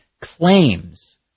claims